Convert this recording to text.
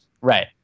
right